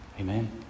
Amen